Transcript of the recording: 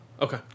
Okay